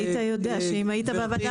אם היית,